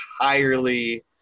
entirely